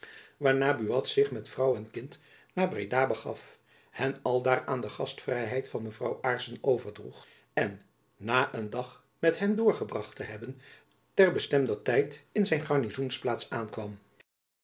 waarna buat zich met vrouw en kind naar breda begaf hen aldaar aan de gastvrijheid van mevrouw aarssen overdroeg en na een dag met hen doorgebracht te hebben ter bestemder tijd in zijn garnizoensplaats aankwam